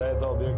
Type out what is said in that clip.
זה לגיטימי,